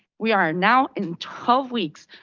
we are now in twelve weeks.